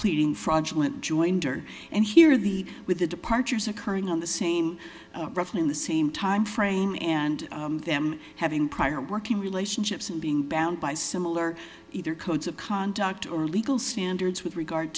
pleading fraudulent jointer and here the with the departures occurring on the same roughly the same time frame and them having prior working relationships and being bound by similar either codes of conduct or legal standards with regard